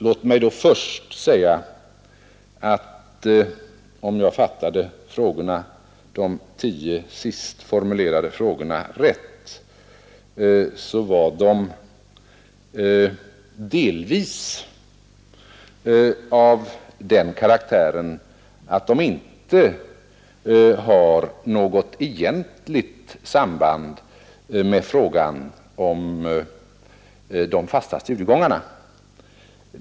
Låt mig då först säga att om jag fattade de tio sist formulerade frågorna rätt, så var de delvis av den karaktären att de inte har något egentligt samband med frågan om de fasta studiegångarna.